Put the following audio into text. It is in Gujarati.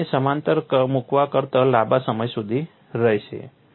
તે તેને સમાંતર મૂકવા કરતાં લાંબા સમય સુધી રહેશે